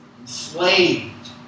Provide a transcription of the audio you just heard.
Enslaved